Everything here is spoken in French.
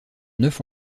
neuf